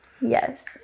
Yes